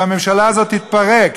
שהממשלה הזאת תתפרק,